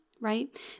right